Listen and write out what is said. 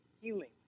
healing